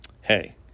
hey